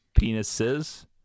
Penises